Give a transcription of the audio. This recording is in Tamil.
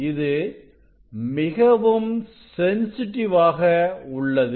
இது மிகவும் சென்சிட்டிவ் ஆக உள்ளது